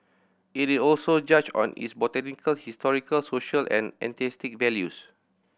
it is also judged on its botanical historical social and aesthetic values